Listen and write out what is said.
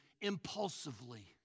impulsively